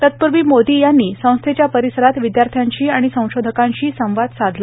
तत्पूर्वी मोदी यांनी संस्थेच्या परिसरात विद्यार्थ्यांशी आणि संशोधकांशी संवाद साधला